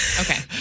Okay